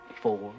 Four